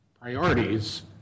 priorities